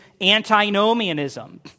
antinomianism